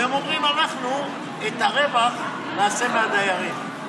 והם אומרים: אנחנו את הרווח נעשה מהדיירים.